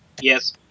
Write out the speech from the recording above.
Yes